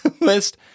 list